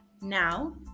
now